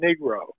negro